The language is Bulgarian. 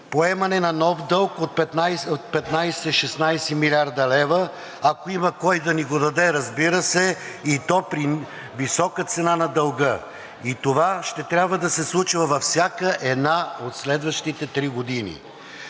поемане на нов дълг от 15 – 16 млрд. лв., ако има кой да ни го даде, разбира се, и то при висока цена на дълга, и това ще трябва да се случва във всяка една от следващите три години.